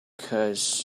guess